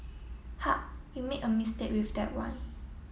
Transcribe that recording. ha you made a mistake with that one